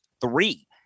three